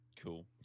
cool